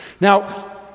Now